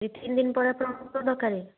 ଦୁଇ ତିନିଦିନ ପରେ ଆପଣଙ୍କର ଦରକାର